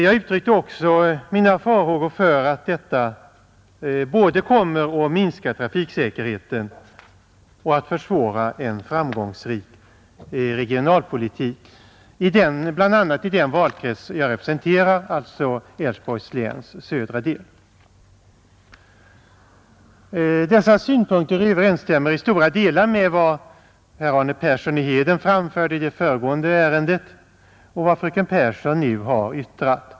Jag uttryckte också mina farhågor för att detta kommer att både minska trafiksäkerheten och försvåra en framgångsrik regionalpolitik bl.a. i den valkrets jag representerar, Älvsborgs läns södra del. Dessa synpunkter överensstämmer i stora delar med vad herr Arne Persson i Heden framförde i föregående ärende och med vad fröken Pehrsson nu har yttrat.